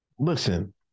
Listen